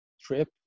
trip